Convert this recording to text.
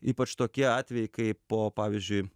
ypač tokie atvejai kai po pavyzdžiui